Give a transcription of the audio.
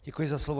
Děkuji za slovo.